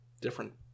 different